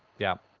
yeah.